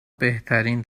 بهترین